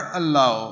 allow